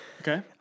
Okay